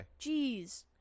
Jeez